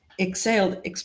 exhaled